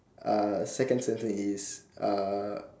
uh second sentence is uh